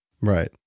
Right